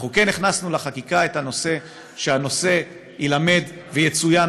שאנחנו כן הכנסנו לחקיקה את זה שהנושא יילמד ויצוין